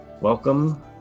Welcome